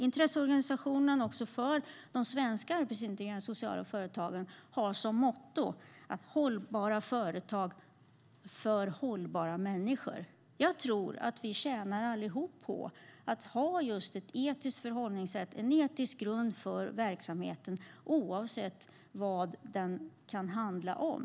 Intresseorganisationen för de svenska arbetsintegrerande sociala företagen har som motto: Hållbara företag för hållbara människor. Jag tror att vi alla tjänar på att ha ett etiskt förhållningssätt, en etisk grund, till verksamheten oavsett vad den kan handla om.